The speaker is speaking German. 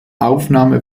aufnahme